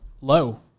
low